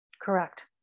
Correct